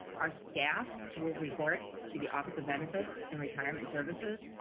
our staff will report to the office of benefits and retirement services.